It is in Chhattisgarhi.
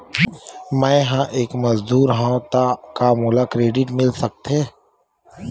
मैं ह एक मजदूर हंव त का मोला क्रेडिट मिल सकथे?